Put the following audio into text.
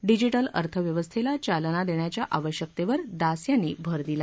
digital अर्थव्यवस्थेला चालना देण्याच्या आवश्यकतेवर दास यांनी भर दिला